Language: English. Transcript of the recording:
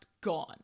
gone